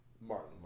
Martin